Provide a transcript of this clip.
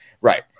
right